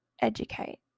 educate